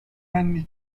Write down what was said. anni